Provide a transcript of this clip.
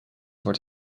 wordt